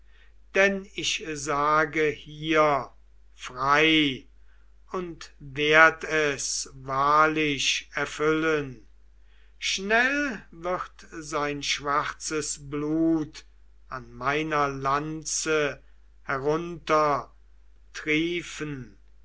denn ich sage hier frei und werd es wahrlich erfüllen schnell wird sein schwarzes blut an meiner lanze herunter triefen